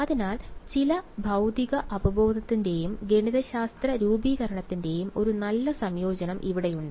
അതിനാൽ ചില ഭൌതിക അവബോധത്തിന്റെയും ഗണിതശാസ്ത്ര രൂപീകരണത്തിന്റെയും ഒരു നല്ല സംയോജനം ഇവിടെയുണ്ട്